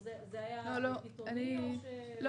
לא